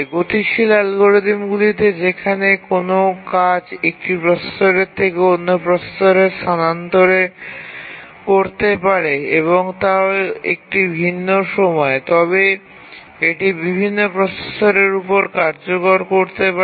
গতিশীল অ্যালগরিদমগুলিতে যেখানে কোনও কাজ একটি প্রসেসর থেকে অন্য প্রসেসরে স্থানান্তর করতে পারে এবং তাও একটি ভিন্ন সময়ে তবে এটি বিভিন্ন প্রসেসরের উপর কার্যকর করতে পারে